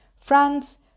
France